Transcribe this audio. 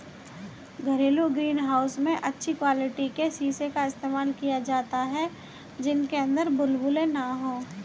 घरेलू greenhouse में अच्छी क्वालिटी के शीशे का इस्तेमाल किया जाता है जिनके अंदर बुलबुले ना हो